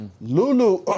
Lulu